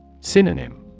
Synonym